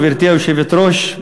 גברתי היושבת-ראש,